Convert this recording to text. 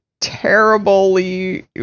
terribly